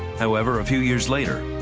however, a few years later,